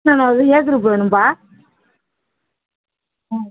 ஏ group வேணும்பா ஆ